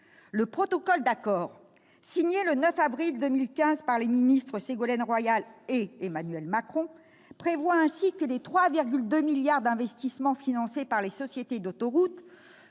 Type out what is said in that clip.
Le protocole d'accord, signé le 9 avril 2015 par les ministres Ségolène Royal et Emmanuel Macron, prévoit ainsi que les 3,2 milliards d'euros d'investissements financés par les sociétés d'autoroutes